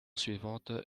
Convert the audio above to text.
suivante